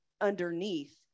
underneath